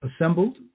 assembled